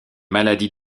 maladie